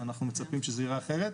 אנחנו מצפים שזה ייראה אחרת,